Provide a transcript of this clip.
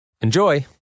Enjoy